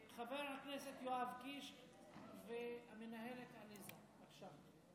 חבר הכנסת יואב קיש והמנהלת עליזה, בבקשה.